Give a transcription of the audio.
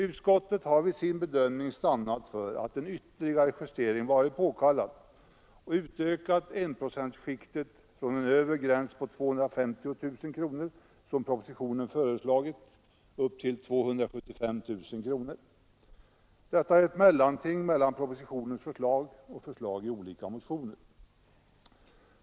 Utskottet har vid sin bedömning stannat för att en ytterligare justering varit påkallad och utökat enprocentsskiktet från en övre gräns på 250 000 kronor, som propositionen föreslagit, upp till 275 000 kronor. Detta är ett mellanting mellan propositionens förslag och förslag i olika motioner.